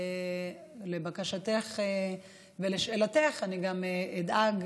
לבקשתך ולשאלתך, אני גם אדאג,